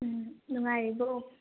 ꯅꯨꯉꯥꯏꯔꯤꯕꯣ